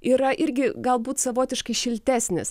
yra irgi galbūt savotiškai šiltesnis